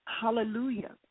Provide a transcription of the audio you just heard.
Hallelujah